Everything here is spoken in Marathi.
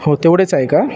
हो तेवढेच आहे का